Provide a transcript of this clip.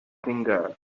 fingers